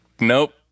Nope